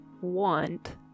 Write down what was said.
Want